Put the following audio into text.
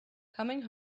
coming